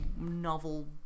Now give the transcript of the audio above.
novel